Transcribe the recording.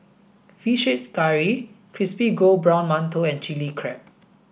fish head curry crispy golden brown mantou and chili crab